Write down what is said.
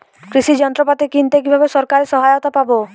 কৃষি যন্ত্রপাতি কিনতে কিভাবে সরকারী সহায়তা পাব?